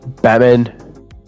Batman